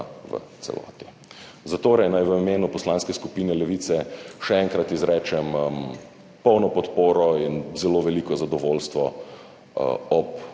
v celoti. Zatorej naj v imenu Poslanske skupine Levica še enkrat izrečem polno podporo in zelo veliko zadovoljstvo ob